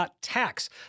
Tax